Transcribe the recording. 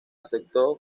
aceptó